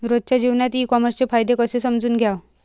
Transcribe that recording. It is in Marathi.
रोजच्या जीवनात ई कामर्सचे फायदे कसे समजून घ्याव?